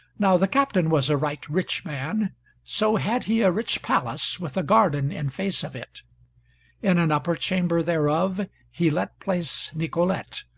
now the captain was a right rich man so had he a rich palace with a garden in face of it in an upper chamber thereof he let place nicolete,